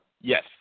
Yes